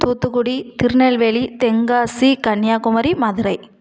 Thoothukudi Tirunelveli Tenkasi Kanyakumari Madurai